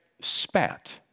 spat